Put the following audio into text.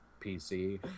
pc